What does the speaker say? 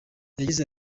yagize